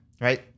right